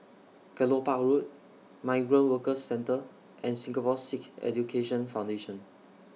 Kelopak Road Migrant Workers Centre and Singapore Sikh Education Foundation